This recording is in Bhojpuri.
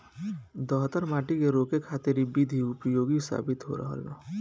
दहतर माटी के रोके खातिर इ विधि उपयोगी साबित हो रहल बा